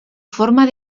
forma